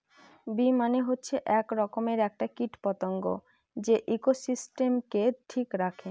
bee মানে হচ্ছে এক রকমের একটা কীট পতঙ্গ যে ইকোসিস্টেমকে ঠিক রাখে